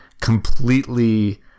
completely